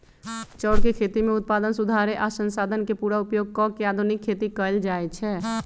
चौर के खेती में उत्पादन सुधारे आ संसाधन के पुरा उपयोग क के आधुनिक खेती कएल जाए छै